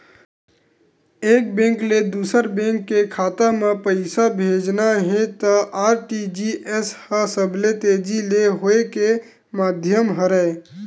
एक बेंक ले दूसर बेंक के खाता म पइसा भेजना हे त आर.टी.जी.एस ह सबले तेजी ले होए के माधियम हरय